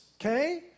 okay